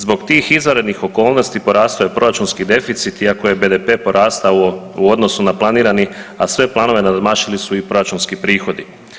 Zbog tih izvanrednih okolnosti porastao je proračunski deficit iako je BDP porastao u odnosu na planirani, a sve planove nadmašili su i proračunski prihodi.